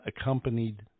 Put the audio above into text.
accompanied